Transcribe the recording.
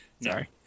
sorry